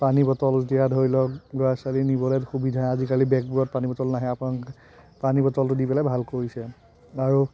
পানী বটল এতিয়া ধৰি লওক ল'ৰা ছোৱালীৰ নিবলে সুবিধা আজিকালি বেগবোৰত পানী বটল নাহে আপোনালোকে পানী বটলটো দি পেলাই ভাল কৰিছে আৰু